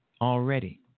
already